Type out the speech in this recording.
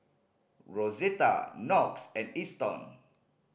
Rosetta Knox and Easton